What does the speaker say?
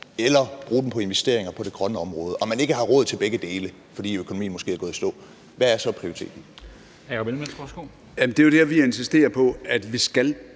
eller bruge det på investeringer på det grønne område, og hvis man ikke har råd til begge dele, fordi økonomien måske er gået i stå, hvad er så prioriteten? Kl. 13:53 Formanden (Henrik